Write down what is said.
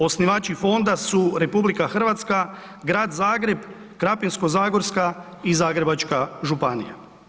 Osnivači fonda su RH, Grad Zagreb, Krapinsko-zagorska i Zagrebačka županija.